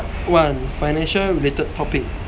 one financial related topic